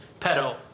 pedo